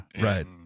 right